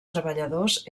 treballadors